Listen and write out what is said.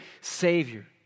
Savior